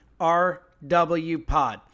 RWPOD